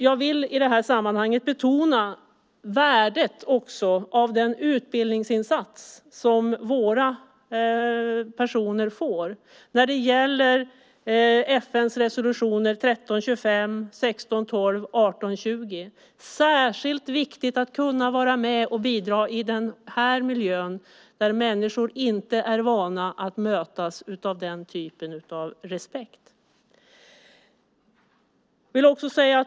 Jag vill i detta sammanhang betona värdet av den utbildningsinsats som våra personer får när det gäller FN:s resolutioner 1325, 1612 och 1820. Det är särskilt viktigt att kunna vara med och bidra i denna miljö där människor inte är vana att mötas av denna typ av respekt.